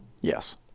yes